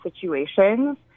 situations